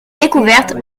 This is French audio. découverte